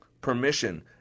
Permission